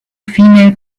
female